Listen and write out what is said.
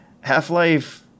half-life